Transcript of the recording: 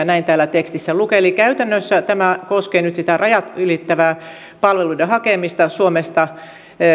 näin täällä tekstissä lukee eli käytännössä tämä koskee nyt sitä rajat ylittävää palveluiden hakemista muista maista